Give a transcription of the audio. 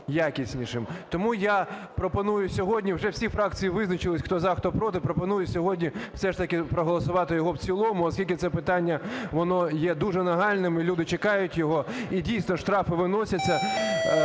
якіснішим. Тому я пропоную сьогодні… Вже всі фракції визначилися: хто – за, а хто – проти; пропоную сьогодні все ж таки проголосувати його в цілому, оскільки це питання, воно є дуже нагальним, і люди чекають його. І, дійсно, штрафи виносяться.